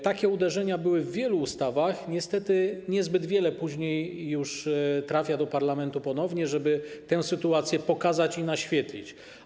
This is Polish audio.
Takie uderzenia były w wielu ustawach, niestety niezbyt wiele później trafia do parlamentu ponownie, żeby tę sytuację pokazać i naświetlić.